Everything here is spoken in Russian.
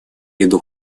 виду